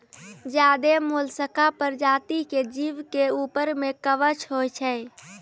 ज्यादे मोलसका परजाती के जीव के ऊपर में कवच होय छै